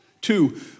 Two